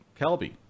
Kelby